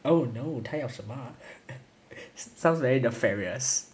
oh no 他要什么 sounds very nefarious